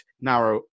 narrow